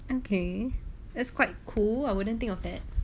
okay that's quite cool I wouldn't think of it